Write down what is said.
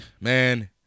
man